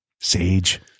Sage